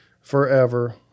forever